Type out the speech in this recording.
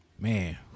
Man